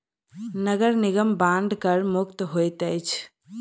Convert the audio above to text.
नगर निगम बांड कर मुक्त होइत अछि